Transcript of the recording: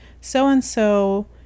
so-and-so